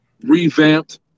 revamped